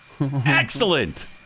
Excellent